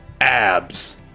abs